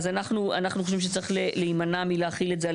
אז אנחנו חושבים שצריך להימנע מלהחיל את זה על